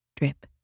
Drip